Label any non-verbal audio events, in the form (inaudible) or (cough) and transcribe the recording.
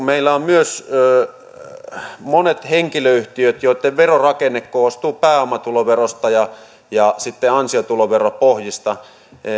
(unintelligible) meillä on myös monia henkilöyhtiöitä joitten verorakenne koostuu pääomatuloverosta ja ja sitten ansiotuloveropohjista